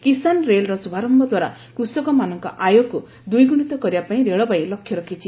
କିଶାନ୍ ରେଲ୍ର ଶୁଭାରମ୍ଭ ଦ୍ୱାରା କୃଷକମାନଙ୍କ ଆୟକୁ ଦ୍ୱିଗୁଣିତ କରିବା ପାଇଁ ରେଳବାଇ ଲକ୍ଷ୍ୟ ରଖିଛି